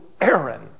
Aaron